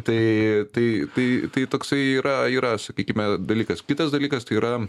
tai tai tai tai toksai yra yra sakykime dalykas kitas dalykas tai yra